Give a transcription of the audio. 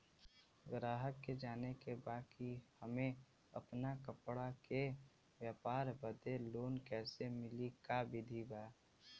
गराहक के जाने के बा कि हमे अपना कपड़ा के व्यापार बदे लोन कैसे मिली का विधि बा?